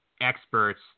experts